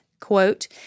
quote